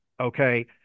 okay